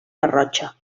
garrotxa